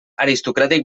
aristocràtic